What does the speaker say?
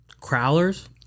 Crowlers